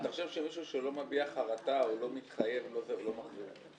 אתה חושב שמי שלא מביע חרטה או לא מתחייב, יש